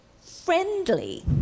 friendly